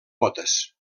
potes